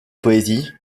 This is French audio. poésie